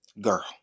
girl